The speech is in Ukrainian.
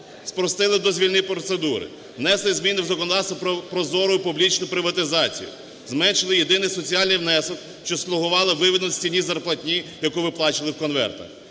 спростили дозвільні процедури; внесли в законодавство про ProZorro і публічну приватизацію; зменшили єдиний соціальний внесок, що слугувало виведення з тіні зарплатні, яку виплачували в конвертах,